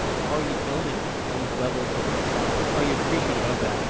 are you building those levels of are you appreciative of that?